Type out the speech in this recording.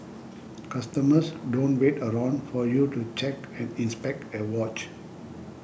customers don't wait around for you to check and inspect a watch